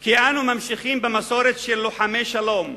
כי "אנו ממשיכים במסורת של לוחמי שלום,